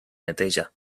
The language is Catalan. neteja